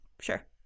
sure